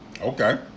Okay